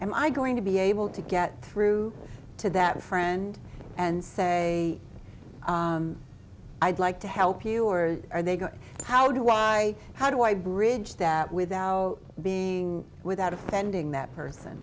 am i going to be able to get through to that friend and say i'd like to help you or or they go how do i how do i bridge that without being without offending that person